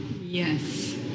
Yes